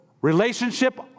relationship